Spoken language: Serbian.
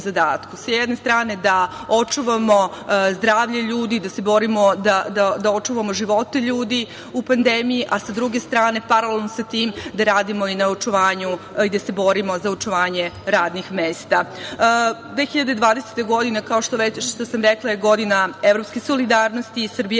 sa jedne strane da očuvamo zdravlje ljudi, da se borimo da očuvamo živote ljudi u pandemiji, a sa druge strane, paralelno sa tim, da radimo i na očuvanju i da se borimo za očuvanje radnih mesta. Kao što sam već rekla, 2020. godina je godina evropske solidarnosti. Srbija